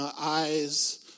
Eyes